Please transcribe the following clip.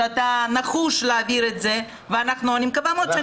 שאתה נחוש להעביר את זה ואני מקווה מאוד שאני עוד אוכיח את זה.